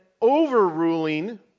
overruling